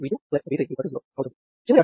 దీనిని సరళీకృతం చేస్తే V1 2V2 V3 0 అవుతుంది